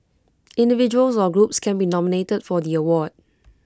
individuals or groups can be nominated for the award